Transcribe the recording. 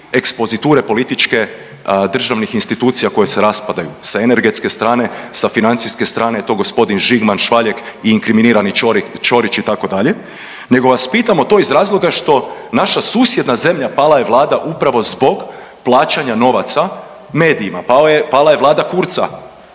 ekspoziture političke državnih institucija koje se raspadaju sa energetske strane, sa financijske strane je to gospodin Žigman, Švaljek i inkriminirani Ćorić itd. nego vas pitamo to iz razloga što naša susjedna zemlja pala je Vlada upravo zbog plaćanja novaca medijima, pala je Vlada Kurza